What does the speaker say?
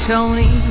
Tony